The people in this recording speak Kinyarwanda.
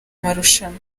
marushanwa